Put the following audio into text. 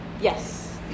Yes